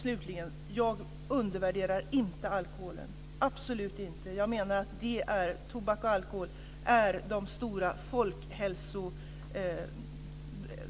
Slutligen: Jag undervärderar inte alkoholen - absolut inte! Jag menar att tobak och alkohol är